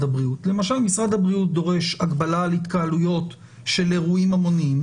הבריאות למשל משרד הבריאות דורש הגבלה על התקהלויות של אירועים המוניים,